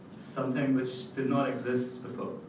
something which did not exist